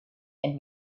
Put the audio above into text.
and